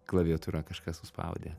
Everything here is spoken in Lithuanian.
klaviatūra kažką suspaudė